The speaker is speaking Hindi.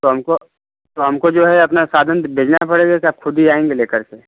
तो हमको तो हमको जो है अपना साधन भेजना पड़ेगा कि आप खुद ही आएँगी लेकर के